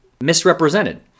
misrepresented